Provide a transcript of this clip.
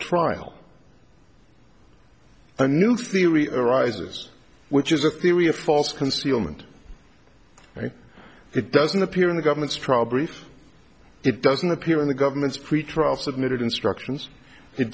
trial a new theory of arises which is a theory of false concealment it doesn't appear in the government's trial brief it doesn't appear in the government's pretrial submitted instructions it